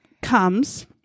comes